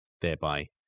thereby